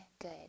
good